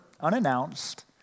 unannounced